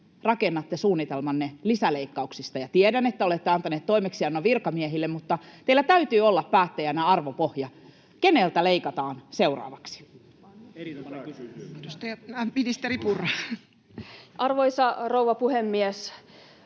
rakennatte suunnitelmanne lisäleikkauksista? Tiedän, että olette antanut toimeksiannon virkamiehille, mutta teillä täytyy olla päättäjänä arvopohja. Keneltä leikataan seuraavaksi?